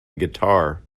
guitar